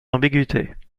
ambiguïtés